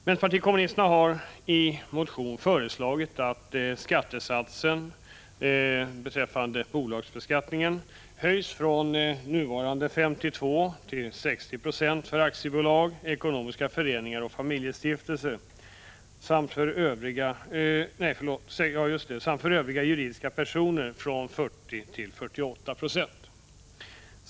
Vänsterpartiet kommunisterna har i motion föreslagit att skattesatsen inom bolagsbeskattningen höjs från nuvarande 52 till 60 26 för aktiebolag, ekonomiska föreningar och familjestiftelser samt för övriga juridiska personer från 40 till 48 926.